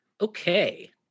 Okay